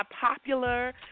popular